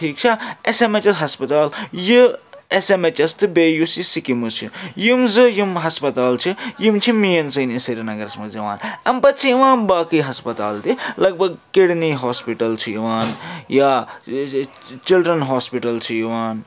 ٹھیٖک چھا S M H S ہَسپَتال یہِ اٮ۪س اٮ۪م اٮ۪چ اٮ۪س تہٕ بیٚیہِ یُس یہِ سِکمٕز چھِ یِم زٕ یِم ہَسپَتال چھِ یِم چھِ مین سٲنِس سرینگرَس منٛز یِوان اَمہِ پَتہٕ چھِ یِوان باقٕے ہَسپَتال تہِ لگ بگ کِڈنی ہاسپِٹَل چھِ یِوان یا چِلڈرَن ہاسپِٹَل چھِ یِوان